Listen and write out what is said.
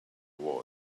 war